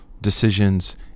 decisions